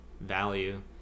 value